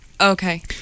Okay